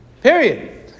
Period